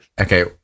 Okay